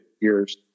years